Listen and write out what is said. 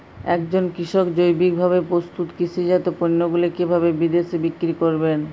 একজন কৃষক জৈবিকভাবে প্রস্তুত কৃষিজাত পণ্যগুলি কিভাবে বিদেশে বিক্রি করবেন?